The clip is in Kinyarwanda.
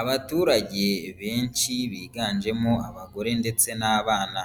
Abaturage benshi biganjemo abagore ndetse n'abana